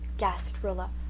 gasped rilla.